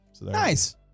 Nice